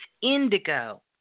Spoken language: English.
indigo